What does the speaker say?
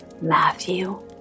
Matthew